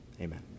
Amen